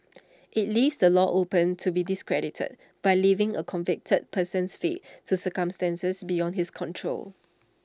IT leaves the law open to be discredited by leaving A convicted person's fate to circumstances beyond his control